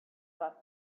thought